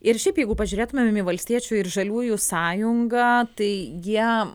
ir šiaip jeigu pažiūrėtumėm į valstiečių ir žaliųjų sąjungą tai jie